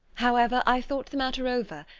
however, i thought the matter over,